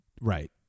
right